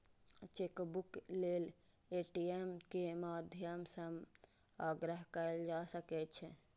chequebook लेल ATM के माध्यम सं आग्रह कैल जा सकै छै